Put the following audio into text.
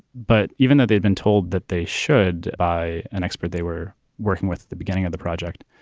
but even though they've been told that they should buy an expert, they were working with the beginning of the project.